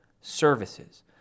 services